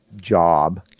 job